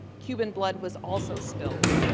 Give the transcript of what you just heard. cuban blood was also spilled.